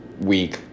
week